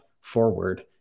forward